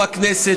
בכנסת,